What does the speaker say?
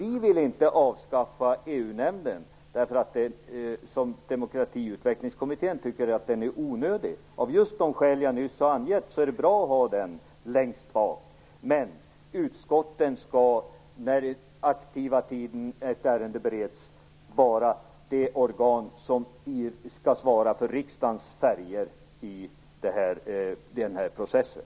Vi vill inte avskaffa EU nämnden, som Demokratiutvecklingskommittén tycker är onödig. Av just de skäl som jag nyss har angivit är det bra att ha den längst bak. Men under den tid ett ärende bereds skall utskotten vara det organ som försvarar riksdagens färger i den processen.